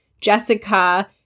Jessica